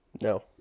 No